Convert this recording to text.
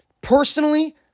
Personally